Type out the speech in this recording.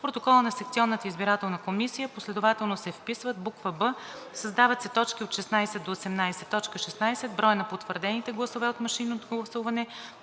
протокола на секционната избирателна комисия последователно се вписват:“ б) Създават се т. 16 – 18: „16. броят на потвърдените гласове от машинното гласуване;